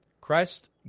Christ